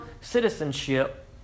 citizenship